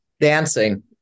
dancing